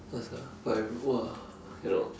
ya sia but if !wah! cannot